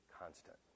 constant